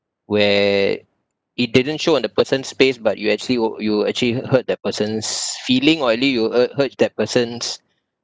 where it didn't show on the person's face but you actually you you actually hurt that person's feeling or at least you hu~ hurt that person's